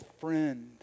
friend